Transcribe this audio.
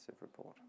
report